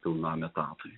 pilnam etatui